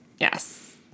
Yes